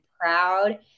proud